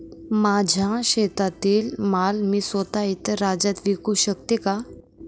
माझ्या शेतातील माल मी स्वत: इतर राज्यात विकू शकते का?